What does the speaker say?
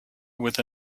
with